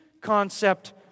concept